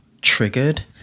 triggered